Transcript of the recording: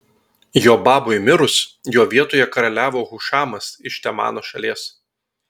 jobabui mirus jo vietoje karaliavo hušamas iš temano šalies